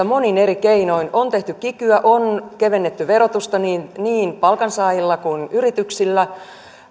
monin eri keinoin on tehty kikyä on kevennetty verotusta niin niin palkansaajilta kuin yrityksiltä